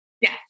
Yes